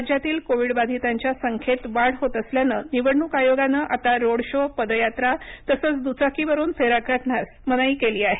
राज्यातील कोविड बाधितांच्या संख्येत वाढ होत असल्यानं निवडणूक आयोगानं आता रोडशो पदयात्रा तसंच द्चाकीवरून फेऱ्या काढण्यास मनाई केली आहे